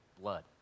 blood